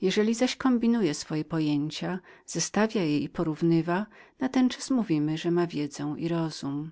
jeżeli zaś kombinuje swoje pojęcia zbliża je i porównywa natenczas mówimy że ma wiedzę i rozum